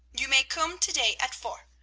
you may koom to-day, at four.